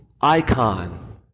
icon